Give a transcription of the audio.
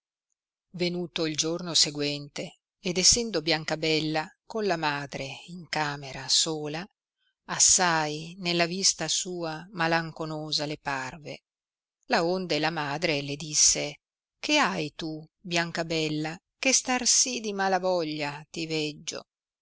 venuto il giorno seguente ed essendo biancabella con la madre in camera sola assai nella vista sua malanconosa le parve laonde la madre le disse che hai tu biancabella che star sì di mala voglia ti veggio